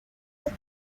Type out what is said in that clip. good